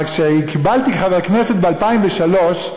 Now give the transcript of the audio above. אבל כשקיבלתי, חברי הכנסת, ב-2003,